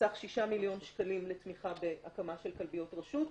בסך שישה מיליון שקלים לתמיכה בהקמה של כלביות רשות,